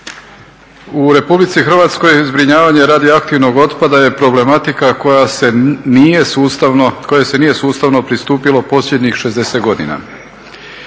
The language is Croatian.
U Republici Hrvatskoj zbrinjavanje radioaktivnog otpada je problematika kojoj se nije sustavno pristupilo posljednjih 60 godina.